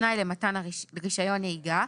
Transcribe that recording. כתנאי למתן רישיון נהיגה,